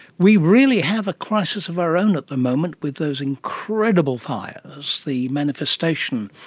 we really have a crisis of our own at the moment with those incredible fires, the manifestation,